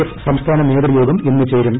F സംസ്ഥാന നേതൃയോഗം ഇന്ന് ചേരും